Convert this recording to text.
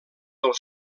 del